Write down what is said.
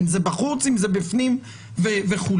אם זה בחוץ או בפנים וכו'.